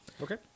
Okay